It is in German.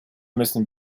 müssen